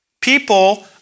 People